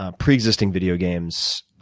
ah preexisting video games,